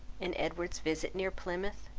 and edward's visit near plymouth,